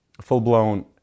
full-blown